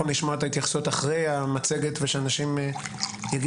לשמוע את ההתייחסות אחרי המצגת ושאנשים יגידו,